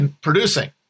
producing